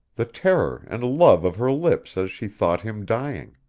the terror and love of her lips as she thought him dying.